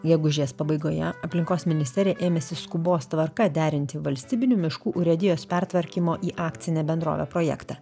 gegužės pabaigoje aplinkos ministerija ėmėsi skubos tvarka derinti valstybinių miškų urėdijos pertvarkymo į akcinę bendrovę projektą